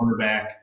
cornerback